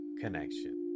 connection